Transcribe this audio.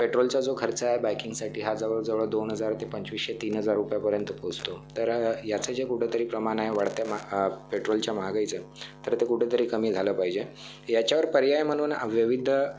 पेट्रोलचा जो खर्च आहे बायकिंगसाठी हा जवळजवळ दोन हजार ते पंचवीसशे ते तीन हजार रुपयेपर्यंत पोचतो तर याचं जे कुठंतरी प्रमाण आहे वाढत्या मा पेट्रोलच्या महागाईचं तर ते कुठंतरी कमी झालं पाहिजे याच्यावर पर्याय म्हणून विविध